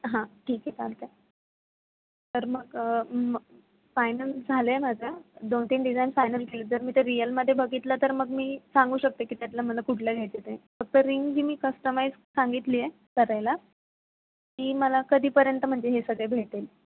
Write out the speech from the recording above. हां ठीक आहे चालतंय तर मग फायनल झालं आहे माझं दोनतीन डिझाईन्स फायनल केले जर मी ते रियलमध्ये बघितलं तर मी सांगू शकते की त्यातून मला कुठलं घ्यायचं ते फक्त रिंग जी मी कस्टमाईज सांगितली आहे करायला ती मला कधीपर्यंत म्हणजे हे सगळे भेटेल